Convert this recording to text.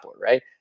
right